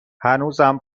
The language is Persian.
هنوزم